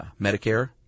Medicare